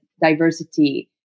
diversity